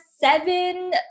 seven